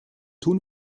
tun